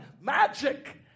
magic